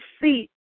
seat